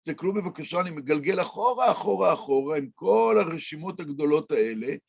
תסתכלו בבקשה, אני מגלגל אחורה, אחורה, אחורה עם כל הרשימות הגדולות האלה.